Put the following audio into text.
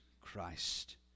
Christ